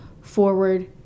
forward